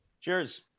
Cheers